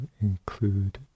include